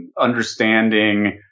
understanding